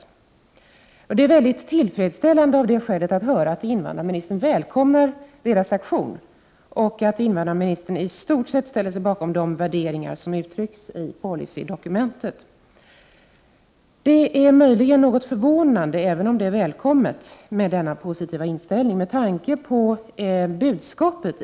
Av det skälet är det mycket tillfredsställande att höra att invandrarministern välkomnar denna aktion och att invandrarministern i stort sett ställer sig bakom de värderingar som uttrycks i policydokumentet. Med tanke på budskapet i dokumentet är det något förvånande med denna positiva inställning — även om det är välkommet.